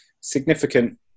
Significant